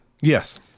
Yes